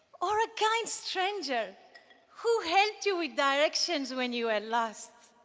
or a kind stranger who helped you with directions when you were lost.